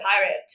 pirate